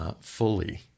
fully